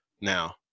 now